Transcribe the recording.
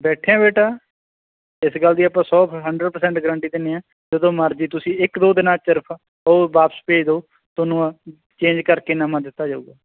ਬੈਠੇ ਹਾਂ ਬੇਟਾ ਇਸ ਗੱਲ ਦੀ ਆਪਾਂ ਸੌ ਹੰਡਰਡ ਪਰਸੈਂਟ ਗਰੰਟੀ ਦਿੰਦੇ ਹਾਂ ਜਦੋਂ ਮਰਜ਼ੀ ਤੁਸੀਂ ਇੱਕ ਦੋ ਦਿਨਾਂ ਸਿਰਫ ਉਹ ਵਾਪਸ ਭੇਜ ਦਿਓ ਤੁਹਾਨੂੰ ਚੇਂਜ ਕਰਕੇ ਨਵਾਂ ਦਿੱਤਾ ਜਾਵੇਗਾ